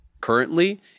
currently